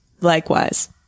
Likewise